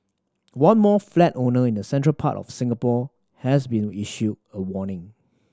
one more flat owner in the central part of Singapore has been issued a warning